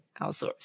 outsource